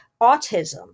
autism